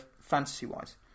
fantasy-wise